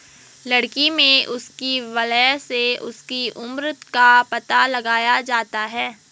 लकड़ी में उसकी वलय से उसकी उम्र का पता लगाया जाता है